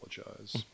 apologize